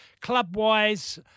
Club-wise